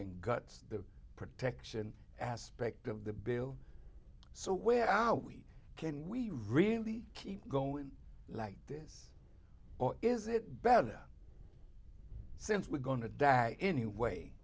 and guts the protection aspect of the bill so where are we can we really keep going like this or is it better since we're going to die anyway